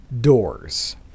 doors